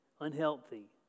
unhealthy